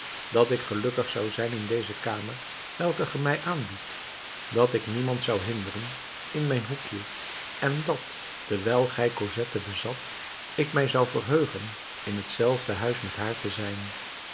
dat ik gelukkig zou zijn in deze kamer welke ge mij aanbiedt dat ik niemand zou hinderen in mijn hoekje en dat terwijl gij cosette bezat ik mij zou verheugen in t zelfde huis met haar te zijn